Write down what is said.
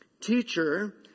teacher